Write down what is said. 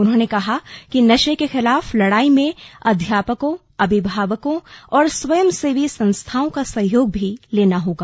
उन्होंने कहा कि नशे के खिलाफ लड़ाई में अध्यापकों अभिभावकों और स्वयं सेवी संस्थाओं का सहयोग भी लेना होगा